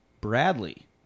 Bradley